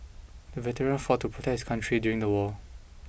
the veteran fought to protect his country during the war